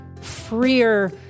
freer